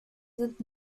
sind